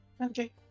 Okay